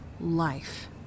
life